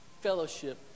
fellowship